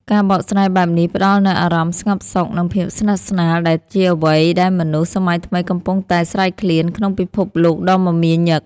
ការបកស្រាយបែបនេះផ្តល់នូវអារម្មណ៍ស្ងប់សុខ និងភាពស្និទ្ធស្នាល ដែលជាអ្វីដែលមនុស្សសម័យថ្មីកំពុងតែស្រេកឃ្លានក្នុងពិភពលោកដ៏មមាញឹក។